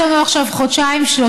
יש לנו עכשיו חודשיים-שלושה,